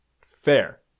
fair